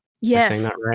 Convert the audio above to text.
Yes